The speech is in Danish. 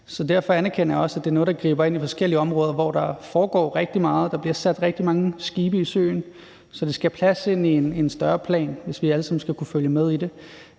Derfor anerkender jeg også, at det er noget, der griber ind i forskellige områder, hvor der foregår rigtig meget og der bliver sat rigtig mange skibe i søen. Så det skal passe ind i en større plan, hvis vi alle sammen skal kunne følge med i det.